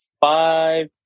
five